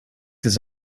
this